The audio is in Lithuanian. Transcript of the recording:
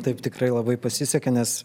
taip tikrai labai pasisekė nes